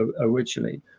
originally